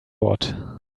what